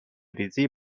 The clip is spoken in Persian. ریزی